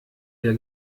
der